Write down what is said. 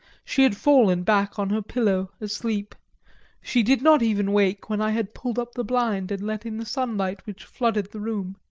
she had fallen back on her pillow asleep she did not even wake when i had pulled up the blind and let in the sunlight which flooded the room.